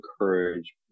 encourage